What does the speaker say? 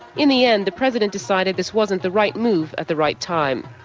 in the end the president decided this wasn't the right move at the right time.